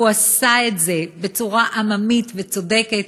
הוא עשה את זה בצורה עממית וצודקת,